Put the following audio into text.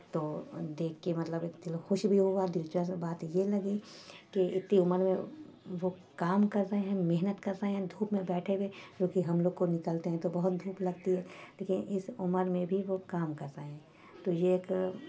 تو دیکھ کے مطلب اتنی دل خوش بھی ہوا دلچسپ بات یہ لگی کہ اتنی عمر میں وہ کام کر رہے ہیں محنت کر رہے ہیں دھوپ میں بیٹھے ہوئے کیونکہ ہم لوگ کو نکلتے ہیں تو بہت دھوپ لگتی ہے لیکن اس عمر میں بھی وہ کام کر رہے ہیں تو یہ ایک